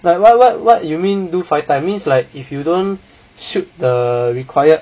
like what what what you mean do five times mean like if you don't shoot the required